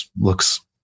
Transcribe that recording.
looks